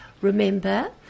remember